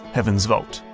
heaven's vault.